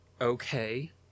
Okay